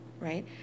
right